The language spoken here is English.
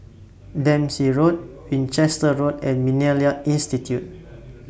Dempsey Road Winchester Road and Millennia Institute